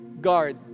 guard